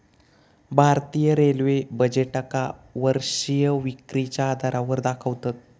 भारतीय रेल्वे बजेटका वर्षीय विक्रीच्या आधारावर दाखवतत